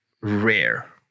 rare